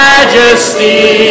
Majesty